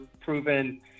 proven